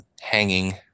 hanging